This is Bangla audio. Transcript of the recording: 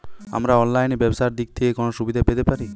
আমরা অনলাইনে ব্যবসার দিক থেকে কোন সুবিধা পেতে পারি?